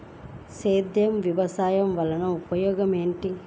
సేంద్రీయ వ్యవసాయం వల్ల ఉపయోగం ఏమిటి?